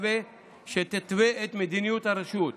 שתתווה את מדיניות הרשות,